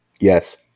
Yes